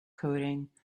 coding